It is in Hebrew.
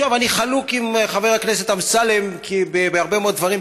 אני חלוק על חבר הכנסת אמסלם בהרבה מאוד דברים,